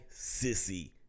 sissy